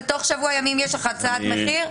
ותוך שבוע ימים יש לך הצעת מחיר?